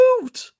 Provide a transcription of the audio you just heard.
moved